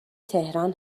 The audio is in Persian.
تهران